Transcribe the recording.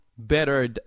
better